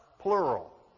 plural